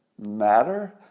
matter